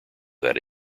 that